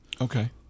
Okay